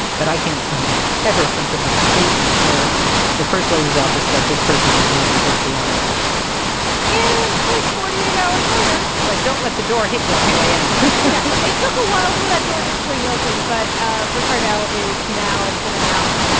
but i can't ever think of a statement where the first lady's office said, this person does not deserve the honor of working in the white house and, like, forty eight hours later. it's like, don't let the door hit you on the way out yeah, it took a while for that door to swing open. but ah ricardel is now, it's been announced,